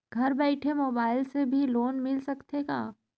घर बइठे मोबाईल से भी लोन मिल सकथे का?